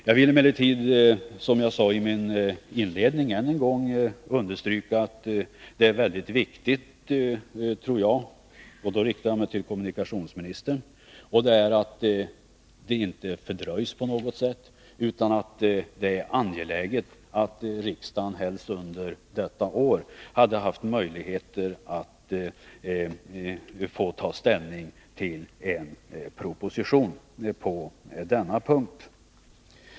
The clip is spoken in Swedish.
Jag vill emellertid än en gång understryka — och då riktar jag mig till kommunikationsministern — vad jag sade i min inledning, nämligen att det är väldigt viktigt att detta inte fördröjs på något sätt. Det är angeläget att riksdagen, helst under detta år, får möjlighet att ta ställning till en proposition på denna punkt.